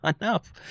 enough